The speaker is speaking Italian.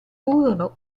furono